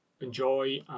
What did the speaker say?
enjoy